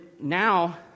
now